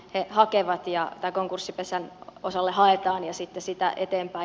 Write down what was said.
ne hakevat ja tai konkurssipesän osalle haetaan ja sitten siitä eteenpäin